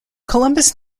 columbus